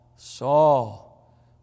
Saul